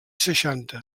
seixanta